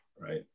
right